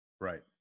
Right